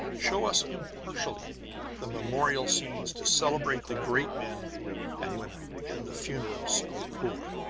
show us impartially the memorial scenes to celebrate the great men and women, and the funerals of the poor.